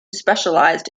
specialized